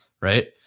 right